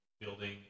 building